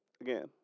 again